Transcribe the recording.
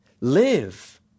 Live